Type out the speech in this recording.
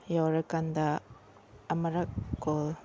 ꯌꯧꯔꯀꯥꯟꯗ ꯑꯃꯔꯛ ꯀꯣꯜ